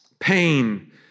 Pain